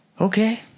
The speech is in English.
Okay